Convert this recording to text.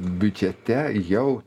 biudžete jau